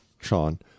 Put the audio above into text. Sean